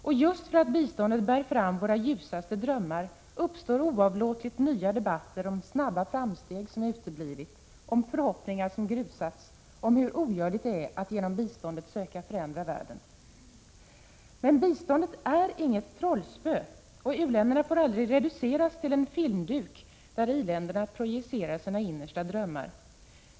Och just för att biståndet bär fram våra ljusaste drömmar uppstår oavlåtligt nya debatter om snabba framsteg som uteblivit, om förhoppningar som grusats, om hur ogörligt det är att genom biståndet söka förändra världen. Men biståndet är inget trollspö, och u-länderna får aldrig reduceras till en filmduk där i-länderna projicerar sina innersta drömmar.